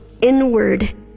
inward